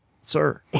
sir